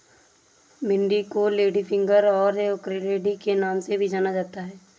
भिन्डी को लेडीफिंगर और ओकरालेडी के नाम से भी जाना जाता है